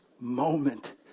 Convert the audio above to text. moment